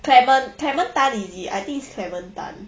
clement clement tan is it I think is clement tan